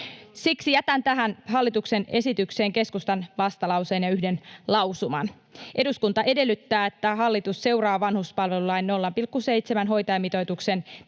Siksi jätän tähän hallituksen esitykseen keskustan vastalauseen ja yhden lausuman: ”Eduskunta edellyttää, että hallitus seuraa vanhuspalvelulain 0,7-hoitajamitoituksen